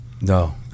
No